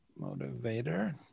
motivator